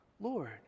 Lord